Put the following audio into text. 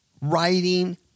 writing